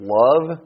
love